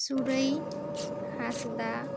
ᱥᱩᱨᱟᱹᱭ ᱦᱟᱸᱥᱫᱟ